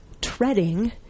treading